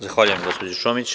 Zahvaljujem gospođo Čomić.